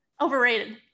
Overrated